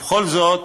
ובכל זאת,